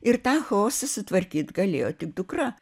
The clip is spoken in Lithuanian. ir tą chaosą sutvarkyt galėjo tik dukra